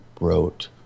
wrote